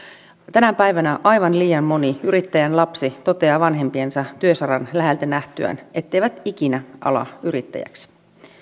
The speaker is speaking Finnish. tänä päivänä aivan liian moni yrittäjän lapsi toteaa vanhempiensa työsaran läheltä nähtyään ettei ikinä ala yrittäjäksi